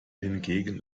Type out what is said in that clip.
hingegen